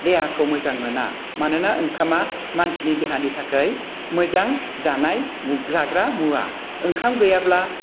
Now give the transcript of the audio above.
देहाखौ मोजां मोना मानोना ओंखामा मानसिनि देहानि थाखाय मोजां जानाय जाग्रा मुवा ओंखाम गैयाब्ला